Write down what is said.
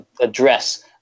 address